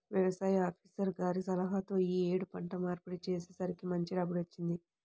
యవసాయ ఆపీసర్ గారి సలహాతో యీ యేడు పంట మార్పిడి చేసేసరికి మంచి రాబడి వచ్చింది